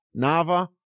Nava